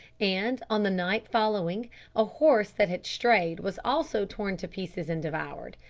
and on the night following a horse that had strayed was also torn to pieces and devoured.